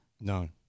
no